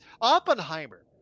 Oppenheimer